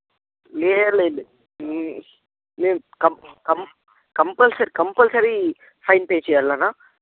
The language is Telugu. లేదు లేదు లే మీ com com compulsory compulsory fine pay చేయాలి నాన్న